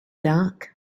dark